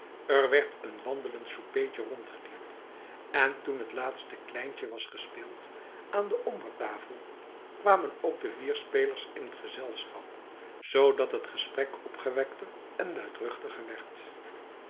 er werd n wandelend soupeetje rondgediend en toen het laatste kleintje was gespeeld aan de hombre tafel kwamen ook de vier spelers in t gezelschap zodat t gesprek opgewekter en luidruchtiger werd